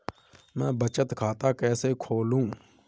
मैं बचत खाता कैसे खोलूं?